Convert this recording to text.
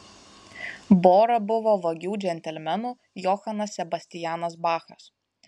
bora buvo vagių džentelmenų johanas sebastianas bachas